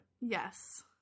Yes